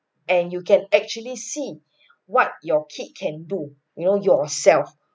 and you can actually see what your kid can do you know yourself